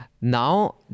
now